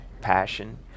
passion